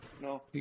No